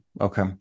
Okay